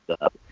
up